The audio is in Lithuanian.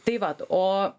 tai vat o